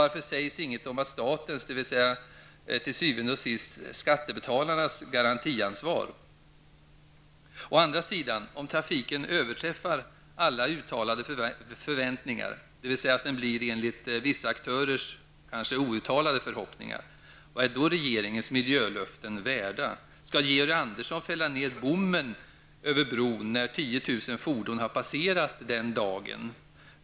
Varför sägs ingenting om statens, dvs. til syvende og sidst skattebetalarnas, garantiansvar? Om trafiken å andra sidan överträffar alla uttalade förväntningar, dvs. att den blir enligt vissa aktörer kanske outtalade förhoppningar, vad är då regeringens miljölöften värda? Skall Georg Andersson fälla ner bommen över bron den dagen 10 000 fordon har passerat?